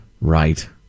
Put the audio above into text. Right